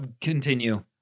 continue